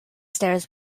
stairs